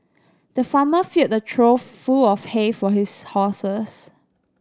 the farmer filled a trough full of hay for his horses